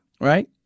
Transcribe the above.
right